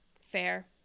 Fair